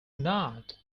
not